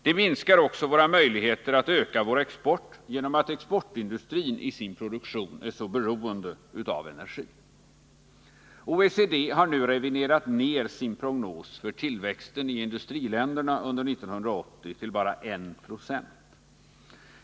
Det minskar också våra möjligheter att öka vår export genom att exportindustrin i sin produktion är så beroende av energi. OECD har nu reviderat ner sin prognos för tillväxten i industriländerna under 1980 till bara 1 20.